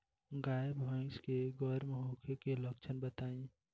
गाय भैंस के गर्म होखे के लक्षण बताई?